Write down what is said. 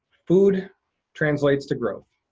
food translates to growth.